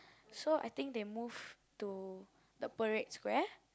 so I think they move to the parade square